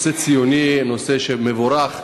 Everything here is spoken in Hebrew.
נושא ציוני, נושא מבורך,